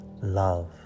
Love